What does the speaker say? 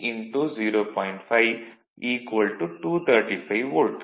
5 235 volt